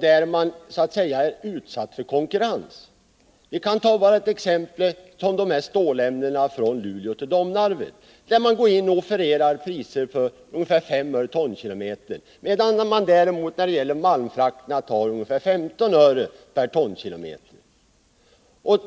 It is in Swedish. där man är utsatt för konkurrens — vi kan som exempel ta leveranserna av stålämnen från Luleå till Domnarvet — går man in och offererar priser på ungefär 5 öre per tonkilometer. När det gäller malmfrakterna tar man däremot ungefär 15 öre per tonkilometer.